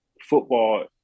football